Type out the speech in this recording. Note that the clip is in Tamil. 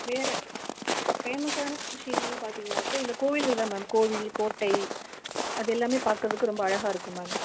வேறு ஃபேமஸான விஷயங்கள்னு பார்த்தீங்கன்னாக்கா இந்த கோவில்கள் தான் மேம் கோவில் கோட்டை அது எல்லாமே பார்க்குறதுக்கு ரொம்ப அழகாக இருக்கும் மேம்